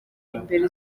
imbere